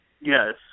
Yes